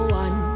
one